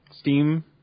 Steam